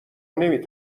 نمی